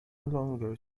longer